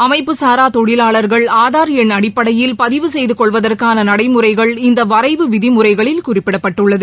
அமைப்புசாரா தொழிலாளா்கள் ஆதா் எண் அடிப்படையில் பதிவு செய்து கொள்வதற்கான நடைமுறைகள் இந்த வரைவு விதிமுறைகளில் குறிப்பிடப்பட்டுள்ளது